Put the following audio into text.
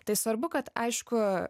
tai svarbu kad aišku